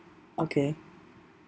okay